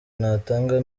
natanga